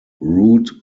root